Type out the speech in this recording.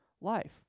life